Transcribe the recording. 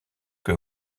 que